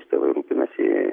tėvai rūpinasi